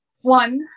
one